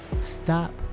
stop